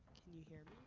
can you hear me?